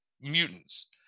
mutants